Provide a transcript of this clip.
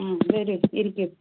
ഉം വരൂ ഇരിക്കൂ